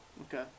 Okay